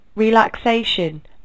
Relaxation